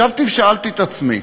ישבתי ושאלתי את עצמי: